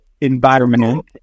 environment